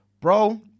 Bro